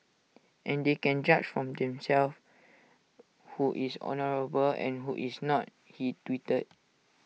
and they can judge from themselves who is honourable and who is not he tweeted